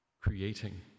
creating